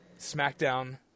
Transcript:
SmackDown